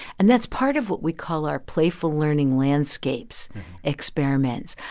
and that's part of what we call our playful learning landscapes experiments.